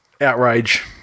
outrage